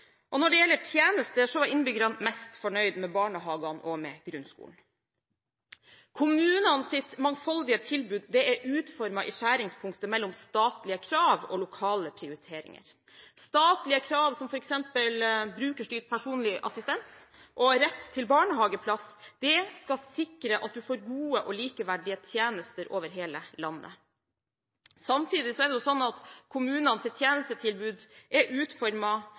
Når det gjelder tjenester, var innbyggerne mest fornøyd med barnehagene og grunnskolen. Kommunenes mangfoldige tilbud er utformet i skjæringspunktet mellom statlige krav og lokale prioriteringer. Statlige krav, som f.eks. brukerstyrt personlig assistent og rett til barnehageplass, skal sikre at du får gode og likeverdige tjenester over hele landet. Samtidig er det slik at kommunenes tjenestetilbud er